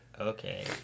okay